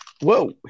Whoa